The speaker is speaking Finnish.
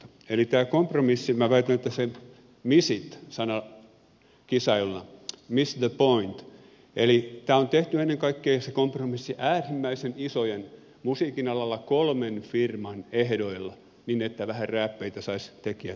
minä väitän että tässä miss it kisailla miss the point kompromissi on tehty ennen kaikkea musiikin alalla äärimmäisten isojen firmojen kolmen firman ehdoilla niin että vähän enemmän rääppeitä saisivat tekijät